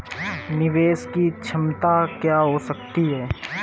निवेश की क्षमता क्या हो सकती है?